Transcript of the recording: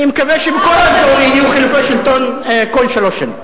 זה לצערי, לא ארבע, שלוש.